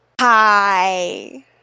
hi